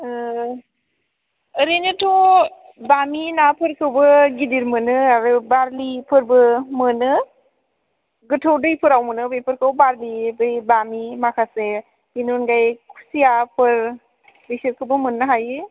ओरैनोथ' बामि नाफोरखौबो गिदिर मोनो आरो बार्लिफोरबो मोनो गोथौ दैफोराव मोनो बेफोरखौ बार्लि बै बामि माखासे बिनि अनगायै खुसियाफोर बेसोरखौबो मोन्नो हायो